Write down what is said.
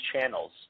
channels